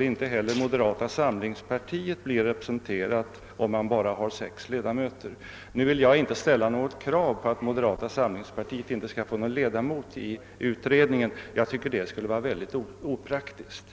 inte heller moderata samlingspartiet skulle bli representerat i en utredning med endast sex ledamöter. Jag vill nu inte ställa något krav på att moderata samlingspartiet inte skall få någon ledamot i utredningen. Det skulle enligt min mening vara opraktiskt.